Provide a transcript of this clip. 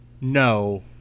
no